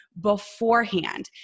beforehand